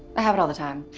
i have it all the time.